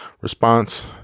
response